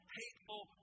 hateful